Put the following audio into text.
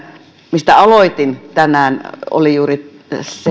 mistä aloitin tänään oli juuri